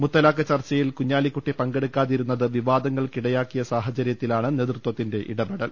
മുത്തലാഖ് ചർച്ചയിൽ കുഞ്ഞാലിക്കുട്ടി പങ്കെടുക്കാതിരുന്നത് വിവാദങ്ങൾക്കിടയാക്കിയ സാഹചര്യത്തിലാണ് നേതൃത്വത്തിന്റെ ഇടപെ ടൽ